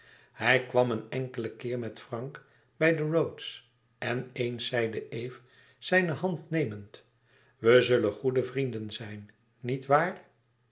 hij kwam een enkelen keer met frank bij de rhodes en eens zeide eve zijne hand nemend we zullen goede vrienden zijn